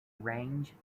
range